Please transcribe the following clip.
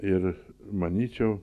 ir manyčiau